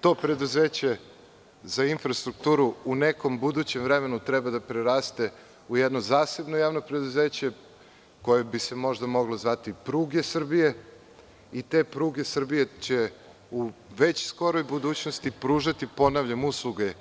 To preduzeće za infrastrukturu u nekom budućem vremenu treba da preraste u jedno zasebno javno preduzeće koje bi se možda moglo zvati – pruge Srbije i te pruge Srbije će u skoroj budućnosti pružati, ponavljam, usluge